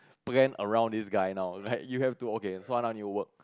planned around this guy now like you have to okay so now I need to work